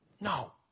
No